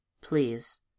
please